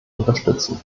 unterstützen